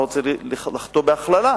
אני לא רוצה לחטוא בהכללה,